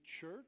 church